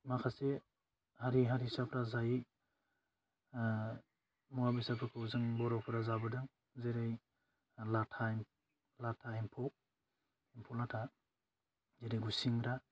माखासे हारि हारिसाफ्रा जायै मुवा बेसादफोरखौ जों बर'फोरा जाबोदों जेरै लाथा लाथा एम्फौ एम्फौ लाथा जेरै खुसेंग्रा